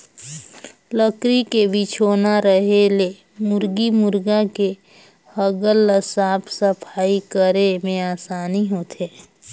लकरी के बिछौना रहें ले मुरगी मुरगा के हगल ल साफ सफई करे में आसानी होथे